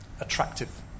attractive